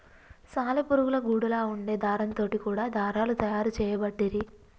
సాలె పురుగుల గూడులా వుండే దారం తోటి కూడా దారాలు తయారు చేయబట్టిరి